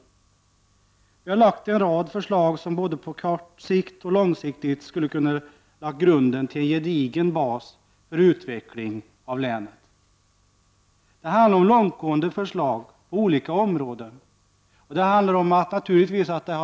Vi har lagt fram en rad förslag som, om de förverkligades, både kortsiktigt och långsiktigt skulle kunna utgöra en gedigen bas för en utveckling av länet. Det handlar om långtgående förslag på olika områden, och naturligtvis skulle åtgärderna kosta en del.